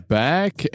back